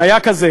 היה כזה,